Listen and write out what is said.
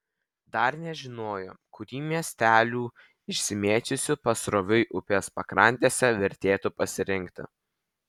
dar nežinojo kurį iš miestelių išsimėčiusių pasroviui upės pakrantėse vertėtų pasirinkti